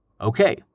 Okay